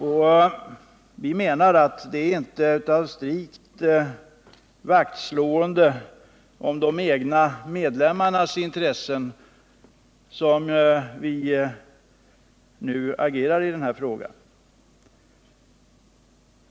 Det är inte för att strikt slå vakt om de egna medlemmarnas intressen som vi nu agerar i den här frågan.